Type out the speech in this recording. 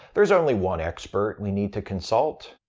there's only one expert we need to consult,